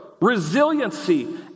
resiliency